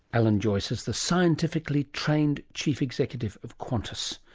alan joyce is the scientifically trained chief executive of qantas.